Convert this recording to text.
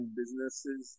businesses